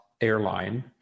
airline